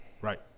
Right